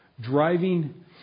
Driving